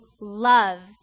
loved